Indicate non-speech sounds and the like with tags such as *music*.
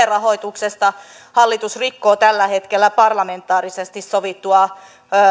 *unintelligible* rahoituksesta hallitus rikkoo tällä hetkellä parlamentaarisesti sovittua